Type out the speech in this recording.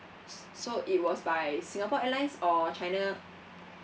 so so it was by singapore airlines or china